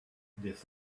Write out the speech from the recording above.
this